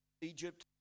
Egypt